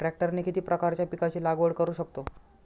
ट्रॅक्टरने किती प्रकारच्या पिकाची लागवड करु शकतो?